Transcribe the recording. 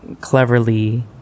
cleverly